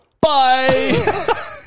Bye